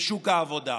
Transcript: בשוק העבודה.